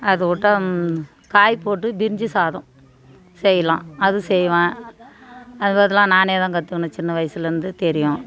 அதைவுட்டா காய் போட்டு பிரிஞ்சி சாதம் செய்யலாம் அது செய்வேன் அது மாதிரி அதெல்லாம் நானே தான் கற்றுக்கின்னேன் சின்ன வயசிலேருந்து தெரியும்